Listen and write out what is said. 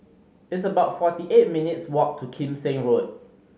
it's about forty eight minutes' walk to Kim Seng Road